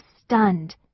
stunned